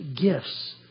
gifts